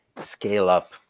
scale-up